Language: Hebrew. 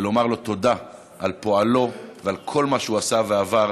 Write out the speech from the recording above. ולומר לו תודה על פועלו ועל כל מה שהוא עשה ועבר,